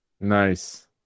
Nice